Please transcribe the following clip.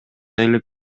элек